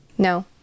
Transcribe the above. No